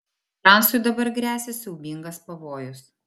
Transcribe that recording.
fransiui dabar gresia siaubingas pavojus